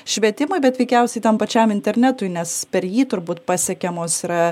švietimą bet veikiausiai tam pačiam internetui nes per jį turbūt pasiekiamos yra